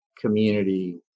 community